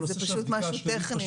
זה פשוט משהו טכני.